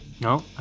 no